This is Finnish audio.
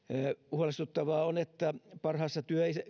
huolestuttavaa on että parhaassa työiässä